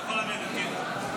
אתה יכול לרדת, כן.